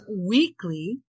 weekly